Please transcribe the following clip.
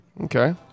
Okay